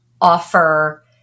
offer